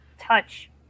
touch